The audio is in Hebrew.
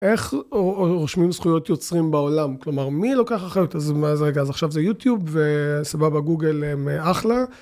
איך רושמים זכויות יוצרים בעולם? כלומר, מי לוקח אחריות? אז מה זה רגע? אז עכשיו זה יוטיוב, וסבבה, גוגל הם אחלה.